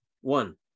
One